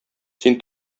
син